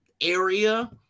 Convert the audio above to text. area